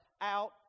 out